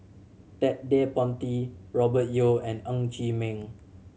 Ted De Ponti Robert Yeo and Ng Chee Meng